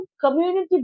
community